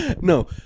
no